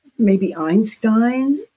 maybe einstein,